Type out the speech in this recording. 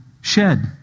shed